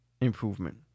improvement